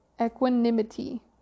equanimity